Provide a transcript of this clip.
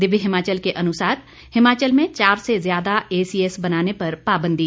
दिव्य हिमाचल के अनुसार हिमाचल में चार से ज्यादा एसीएस बनाने पर पाबंदी